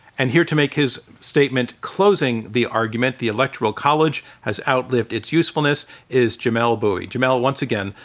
and here to make his statement, closing the argument, the electoral college has outlived its usefulness is jamelle bouie. jamelle, once again,